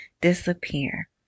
disappear